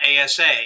ASA